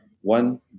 One